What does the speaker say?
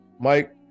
Mike